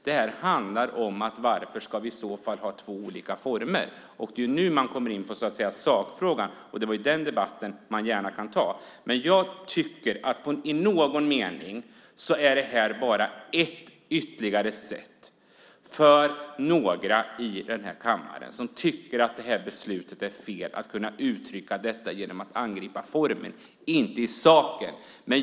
Det handlar om varför vi i så fall ska ha olika former. Nu kommer vi in på sakfrågan, och den debatten kan vi gärna ta. Men jag tycker att det här bara är ett ytterligare sätt för några i kammaren som tycker att beslutet är fel att angripa det genom att debattera formen i stället för sakfrågan.